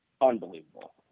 unbelievable